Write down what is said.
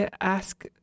ask